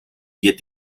wir